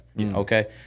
Okay